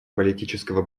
политического